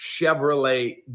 Chevrolet